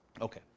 Okay